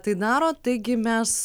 tai daro taigi mes